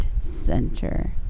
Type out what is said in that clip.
center